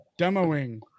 demoing